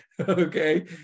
okay